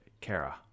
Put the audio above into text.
Kara